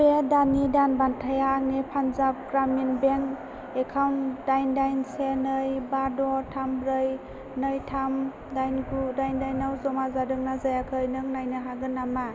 बे दाननि दान बान्थाया आंनि पान्जाब ग्रामिन बेंक एकाउन्ट दाइन दाइन से नै बा द थाम ब्रै नै थाम दाइन गु दाइन दाइनयाव जमा जादोंना जायाखै नों नायनो हागोन नामा